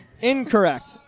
Incorrect